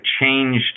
changed